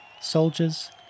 Soldiers